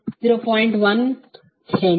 1 H